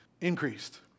increased